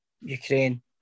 Ukraine